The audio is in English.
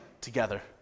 together